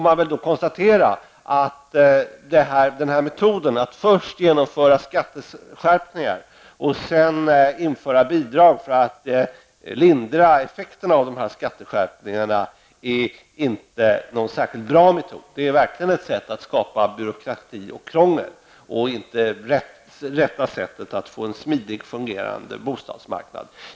Metoden att först genomföra skatteskärpningar och sedan införa bidrag för att lindra effekterna av skatteskärpningarna är inte särskilt bra. Det är verkligen ett sätt att skapa byråkrati och krångel. Det är inte rätta sättet att få en smidig, fungerande bostadsmarknad.